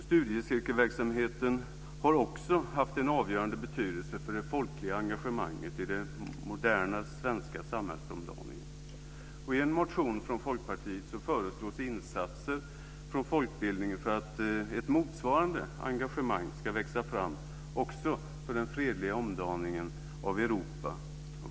Studiecirkelverksamheten har också haft en avgörande betydelse för det folkliga engagemanget i den moderna svenska samhällsomdaningen. I en motion från Folkpartiet förelås insatser från folkbildningen för att ett motsvarande engagemang ska växa fram också för den fredliga omdaningen av Europa.